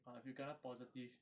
ah if you kena positive